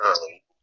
early